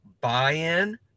buy-in